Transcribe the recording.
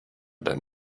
than